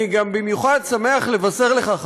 אני גם שמח במיוחד לבשר לך,